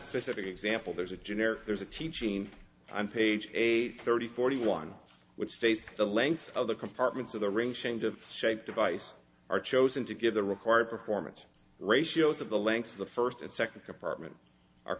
specific example there's a generic there's a teaching i'm age eight thirty forty one which states the lengths of the compartments of the ring change of shape device are chosen to give the required performance ratios of the length of the first and second compartment are